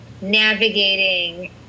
navigating